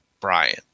Brian